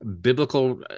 biblical